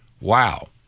Wow